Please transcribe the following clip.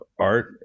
art